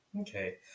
Okay